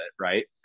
right